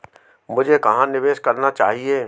मुझे कहां निवेश करना चाहिए?